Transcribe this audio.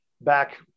back